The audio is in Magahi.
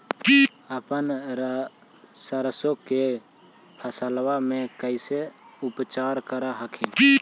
अपन सरसो के फसल्बा मे कैसे उपचार कर हखिन?